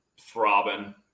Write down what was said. throbbing